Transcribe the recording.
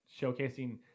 showcasing